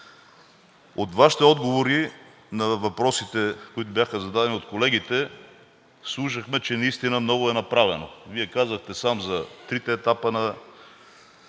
От Вашите отговори на въпросите, които бяха зададени от колегите, слушахме, че наистина много е направено. Вие сам казахте за трите етапа на